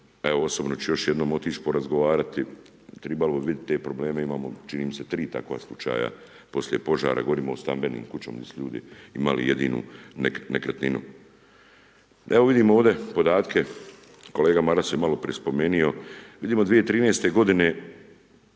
evo osobno ću još jednom otić porazgovarati, tribalo bi vidit te probleme, imamo čini mi se 3 takva slučaja poslije požara, govorim o stambenim kućama gdje su ljudi imali jedinu nekretninu. Evo vidimo ovdje podatke, kolega Maras je maloprije spomenuo, vidimo 2013. godine